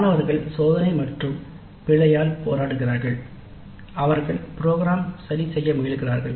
மாணவர்கள் சோதனை மற்றும் பிழையால் போராடுகிறார்கள் அவர்கள் ப்ரோக்ராம் சரி செய்ய முயலுகிறார்கள்